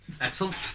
Excellent